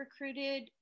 recruited